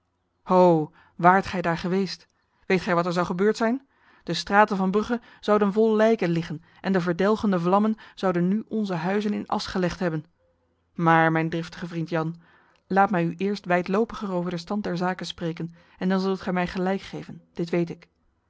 ho waart gij daar geweest weet gij wat er zou gebeurd zijn de straten van brugge zouden vol lijken liggen en de verdelgende vlammen zouden nu onze huizen in as gelegd hebben maar mijn driftige vriend jan laat mij u eerst wijdlopiger over de stand der zaken spreken en dan zult gij mij gelijk geven dit weet ik